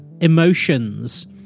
emotions